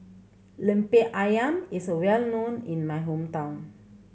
Lemper Ayam is a well known in my hometown